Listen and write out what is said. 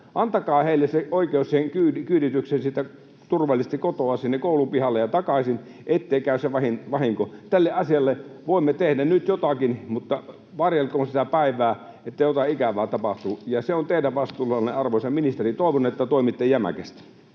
Antakaa heille se oikeus siihen kyyditykseen sieltä kotoa turvallisesti sinne koulun pihalle ja takaisin, ettei käy se vahinko. Tälle asialle voimme tehdä nyt jotakin, mutta varjelkoon sitä päivää, että jotain ikävää tapahtuu, ja se on teidän vastuullanne, arvoisa ministeri. Toivon, että toimitte jämäkästi.